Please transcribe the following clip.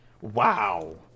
Wow